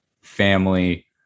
family